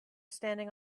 standing